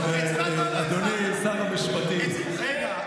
אדוני שר המשפטים,